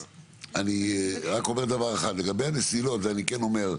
אני רק אומר דבר אחד: לגבי המסילות, ואני כן אומר,